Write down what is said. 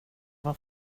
var